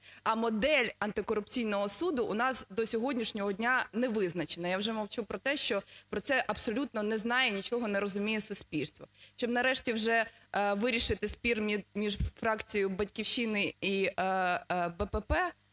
а модель антикорупційного суду у нас до сьогоднішнього дня не визначена. Я вже мовчу про те, що про це абсолютно не знає і нічого не розуміє суспільство. Щоб нарешті вже вирішити спір між фракцією "Батьківщини" і БПП